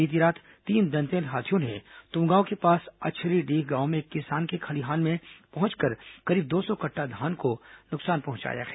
बीती रात तीन दंतैल हाथियों ने तुमगांव के पास अछरीडीह गांव में एक किसान के खलिहान में पहुंचकर करीब दो सौ कट्टा धान को नुकसान पहुंचाया है